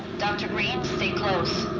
dr. green, stay close.